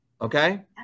okay